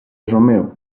romeo